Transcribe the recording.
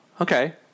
Okay